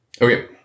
Okay